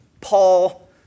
Paul